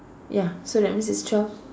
ya so that means there's twelve